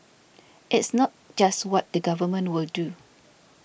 it's not just what the Government will do